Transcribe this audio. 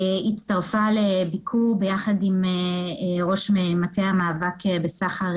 הצטרפה לביקור ביחד עם ראש מטה המאבק בסחר,